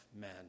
men